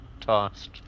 tossed